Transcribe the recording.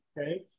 okay